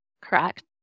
correct